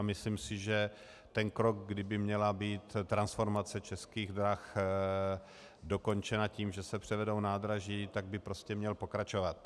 Myslím si, že ten krok, kdy by měla být transformace Českých drah dokončena tím, že se převedou nádraží, by prostě měl pokračovat.